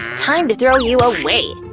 time to throw you away.